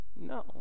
No